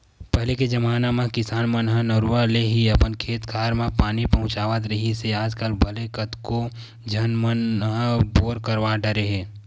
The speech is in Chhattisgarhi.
पहिली के जमाना म किसान मन ह नरूवा ले ही अपन खेत खार म पानी पहुँचावत रिहिस हे आजकल भले कतको झन मन ह बोर करवा डरे हे